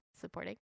Supporting